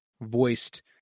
voiced